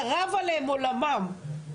חרב עליהם עולמם,